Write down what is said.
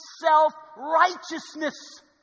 self-righteousness